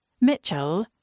Mitchell